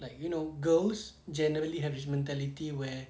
like you know girls generally have this mentality where